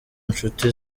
nshuti